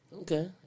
Okay